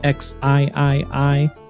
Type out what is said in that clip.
xiii